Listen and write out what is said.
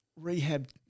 rehab